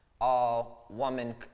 all-woman